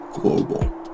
global